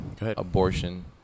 abortion